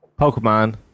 Pokemon